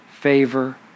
favor